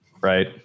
right